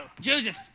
Joseph